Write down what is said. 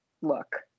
look